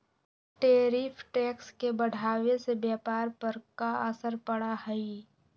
tariff tax के बढ़ावे से व्यापार पर का असर पड़ा हई